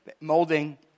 molding